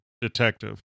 detective